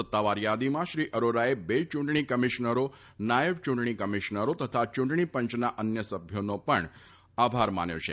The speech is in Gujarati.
સત્તાવાર થાદીમાં શ્રી અરોરાએ બે ચૂંટણી કમિશનરો નાથબ ચૂંટણી કમિશનરો તથા ચૂંટણી પંચના અન્ય સભ્યોનો પણ આભાર માન્યો છે